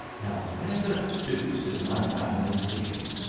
now where the deuce is my family seal?